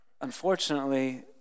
unfortunately